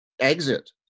exit